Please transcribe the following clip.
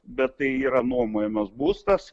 bet tai yra nuomojamas būstas